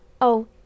Oh